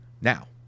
now